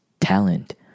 talent